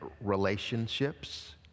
relationships